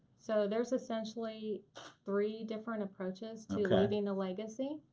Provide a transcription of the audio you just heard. so there are so essentially three different approaches to leaving the legacy.